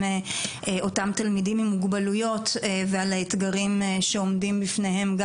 אותם תלמידים עם מוגבלויות ועל האתגרים שעומדים בפניהם.